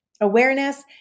awareness